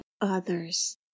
others